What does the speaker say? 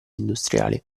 industriali